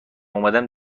اومدم